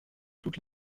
toute